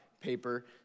paper